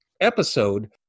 episode